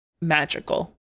magical